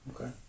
Okay